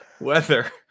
weather